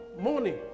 morning